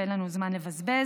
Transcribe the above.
ואין לנו זמן לבזבז.